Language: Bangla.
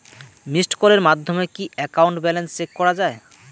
মিসড্ কলের মাধ্যমে কি একাউন্ট ব্যালেন্স চেক করা যায়?